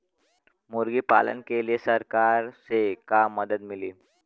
मुर्गी पालन के लीए सरकार से का मदद मिली?